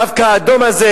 דווקא האדום הזה,